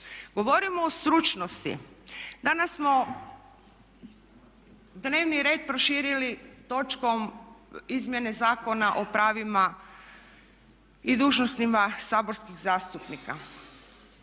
Govorimo o stručnosti. Danas smo dnevni red proširili točkom Izmjene zakona o pravima i dužnostima saborskih zastupnika.